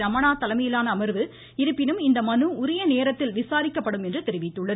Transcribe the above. ரமணா தலைமையிலான அமர்வு இருப்பினும் இந்த மனு உரிய நேரத்தில் விசாரிக்கப்படும் என்று தெரிவித்தது